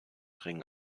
ring